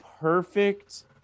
perfect